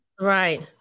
Right